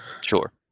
Sure